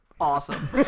awesome